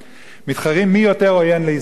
מתחרים מי יותר עוין לישראל.